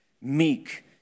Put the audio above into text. meek